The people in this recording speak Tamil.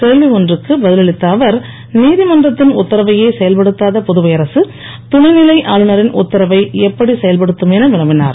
கேள்வி ஒன்றுக்கு பதில் அளித்த அவர் நீதிமன்றத்தின் உத்தரவையே செயல்படுத்தாத புதுவை அரசு துணைநிலை ஆளுனரின் உத்தரவை எப்படி செயல்படுத்தும் என வினவிஞர்